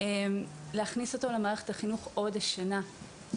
אתם מאמינים?